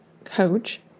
coach